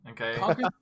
okay